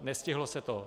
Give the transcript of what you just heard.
Nestihlo se to.